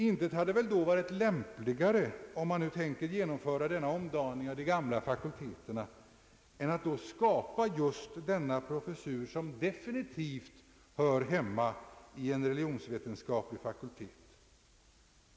Intet hade väl då varit lämpligare, om man nu tänker genomföra denna omdaning av de gamla fakulteterna, än att då skapa just denna professur som definitivt hör hemma i en religionsvetenskaplig fakultet.